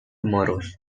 tomorrows